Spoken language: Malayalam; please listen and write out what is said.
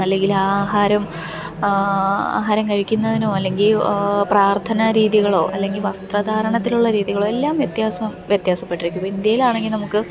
അല്ലെങ്കിൽ ആഹാരം ആഹാരം കഴിക്കുന്നതിനോ അല്ലെങ്കി പ്രാർത്ഥനാ രീതികളോ അല്ലെങ്കിൽ വസ്ത്ര ധാരണത്തിനുള്ള രീതികളോ എല്ലാം വ്യത്യാസം വ്യത്യാസപ്പെട്ടിരിക്കുന്നു ഇന്ത്യയിലാണെങ്കിൽ നമുക്ക്